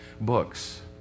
books